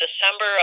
December